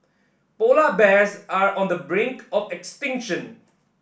polar bears are on the brink of extinction